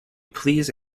please